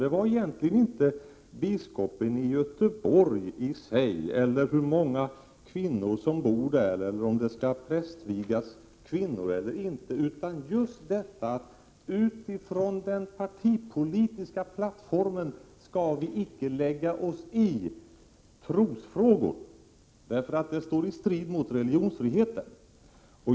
Det var egentligen inte biskopen i Göteborg i sig eller hur många kvinnor som bor där eller om det skall prästvigas kvinnor eller inte, utan just detta att utifrån den partipolitiska plattformen skall vi icke lägga oss i trosfrågor, därför att det står i strid mot religionsfriheten.